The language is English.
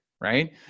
right